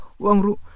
Wangru